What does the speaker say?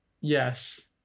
Yes